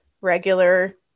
regular